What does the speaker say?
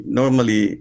normally